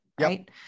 right